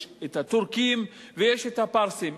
יש הטורקים ויש הפרסים.